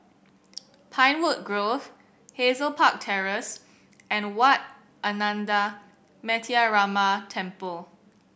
Pinewood Grove Hazel Park Terrace and Wat Ananda Metyarama Temple